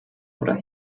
oder